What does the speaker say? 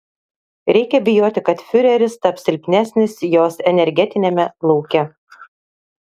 reikia bijoti kad fiureris taps silpnesnis jos energetiniame lauke